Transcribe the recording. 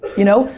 you know?